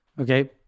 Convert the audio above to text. okay